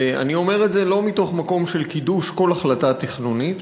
ואני אומר את זה לא ממקום של קידוש כל החלטה תכנונית.